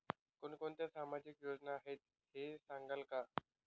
कोणकोणत्या सामाजिक योजना आहेत हे सांगाल का?